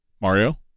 Mario